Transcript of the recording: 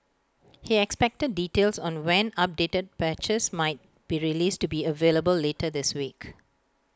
he expected details on when updated patches might be released to be available later this week